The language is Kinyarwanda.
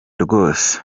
rwose